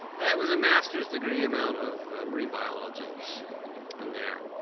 that was a master's degree amount of marine biology in there.